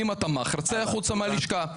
אם אתה מעכר צא החוצה מהלשכה.